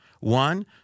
One